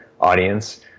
audience